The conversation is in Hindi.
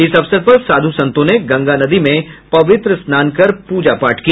इस अवसर पर साधु संतों ने गंगा नदी में पवित्र स्नान कर पूजा पाठ किया